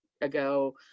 ago